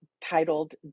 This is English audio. titled